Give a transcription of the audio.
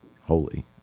holy